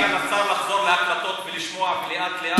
הייתי מציע לשר לחזור להקלטות ולשמוע לאט-לאט,